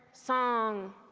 song,